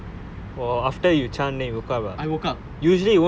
so I started chanting then I close my eyes and I woke up six thirty in the morning